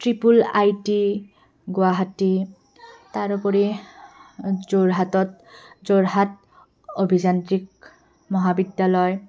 triple I T Guwahati তাৰোপৰি যোৰহাটত যোৰহাট অভিযান্ত্ৰিক মহাবিদ্যালয়